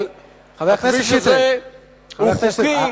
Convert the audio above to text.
הכביש הזה הוא חוקי,